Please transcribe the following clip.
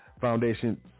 foundation